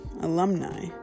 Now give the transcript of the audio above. alumni